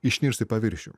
išnirs į paviršių